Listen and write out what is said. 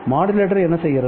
modulator என்ன செய்கிறது